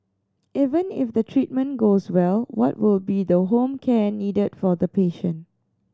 even if the treatment goes well what will be the home care needed for the patient